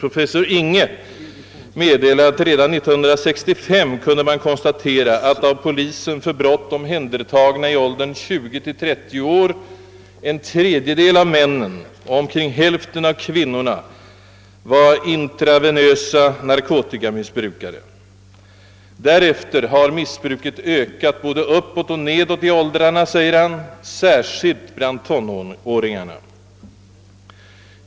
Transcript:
Professor Gunnar Inghe meddelar att man redan år 1965 kunde konstatera att av polisen för brott omhändertagna i åldern 20—30 år en tredjedel av männen och omkring hälften av kvinnorna var intravenösa narkotikamissbrukare. Därefter har missbruket ökat både uppåt och nedåt i åldrarna enligt vad professor Inghe anför, särskilt bland tonåringarna.